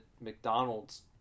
McDonald's